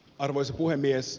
arvoisa puhemies